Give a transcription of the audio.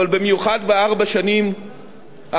אבל במיוחד בארבע השנים האחרונות,